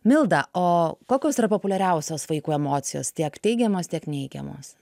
milda o kokios yra populiariausios vaikų emocijos tiek teigiamos tiek neigiamos